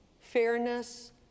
fairness